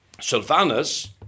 Sylvanus